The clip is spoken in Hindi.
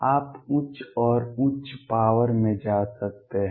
आप उच्च और उच्च पॉवर में जा सकते हैं